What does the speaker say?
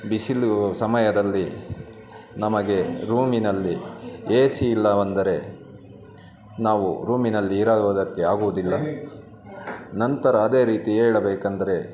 ಬಿಸಿಲು ಸಮಯದಲ್ಲಿ ನಮಗೆ ರೂಮಿನಲ್ಲಿ ಎ ಸಿ ಇಲ್ಲವಂದರೆ ನಾವು ರೂಮಿನಲ್ಲಿ ಇರವುದಕ್ಕೆ ಆಗುವುದಿಲ್ಲ ನಂತರ ಅದೇ ರೀತಿ ಹೇಳಬೇಕೆಂದ್ರೆ